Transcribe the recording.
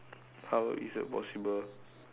how is that possible